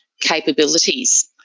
capabilities